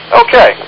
okay